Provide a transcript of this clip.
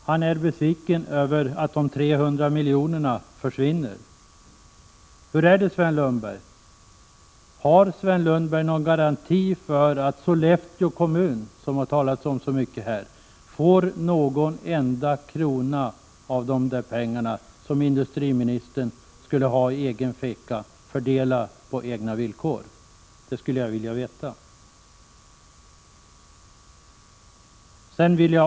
Han är besviken över att de 300 miljonerna försvinner. Men har Sven Lundberg någon garanti för att Sollefteå kommun, som det talats så mycket om här, får någon enda krona av de pengar som industriministern skulle ha i egen ficka och fördela på egna villkor? Det skulle jag vilja veta.